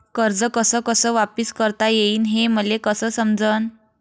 कर्ज कस कस वापिस करता येईन, हे मले कस समजनं?